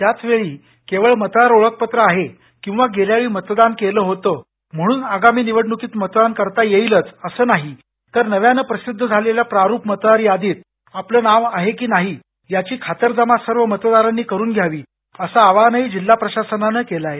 त्याचवेळी केवळ मतदार ओळखपत्र आहे किंवा गेल्या वेळी मतदान केलं होतं म्हणून आगामी निवडणुकीत मतदान करता येईलच असं नाही तर नव्यानं प्रसिद्ध झालेल्य प्रारुप मतदार यादीत आपलं नाव आहे की नाही याची खातरजमा सर्व मतदारांनी करुन घ्यावी असं आवाहनही जिल्हा प्रशासनानं केलं आहे